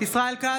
ישראל כץ,